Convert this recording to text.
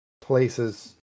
places